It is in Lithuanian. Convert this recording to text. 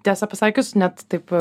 tiesą pasakius net taip